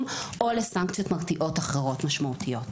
או לסנקציות מרתיעות אחרות משמעותיות.